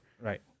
Right